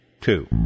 two